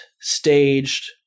staged